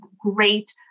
great